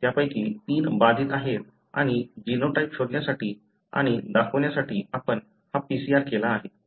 त्यापैकी 3 बाधित आहेत आणि जीनोटाइप शोधण्यासाठी आणि दाखवण्यासाठी आपण हा PCR केला आहे